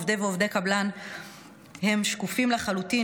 עובדות ועובדי קבלן הם שקופים לחלוטין,